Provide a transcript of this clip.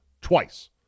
twice